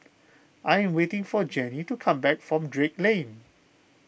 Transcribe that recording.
I am waiting for Janey to come back from Drake Lane